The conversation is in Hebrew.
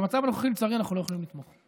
במצב הנוכחי, לצערי, אנחנו לא יכולים לתמוך.